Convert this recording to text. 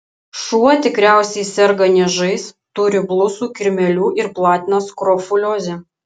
šuo tikriausiai serga niežais turi blusų kirmėlių ir platina skrofuliozę